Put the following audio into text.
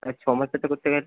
আর ছমাসেরটা করতে গেলে